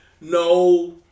no